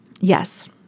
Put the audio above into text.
Yes